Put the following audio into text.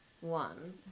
one